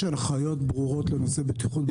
יש הנחיות ברורות לנושאי בטיחות בדרכים?